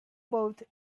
boat